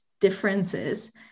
differences